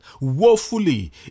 woefully